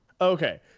Okay